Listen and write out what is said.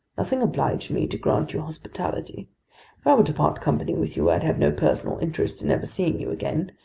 nothing obliged me to grant you hospitality. if i were to part company with you, i'd have no personal interest in ever seeing you again.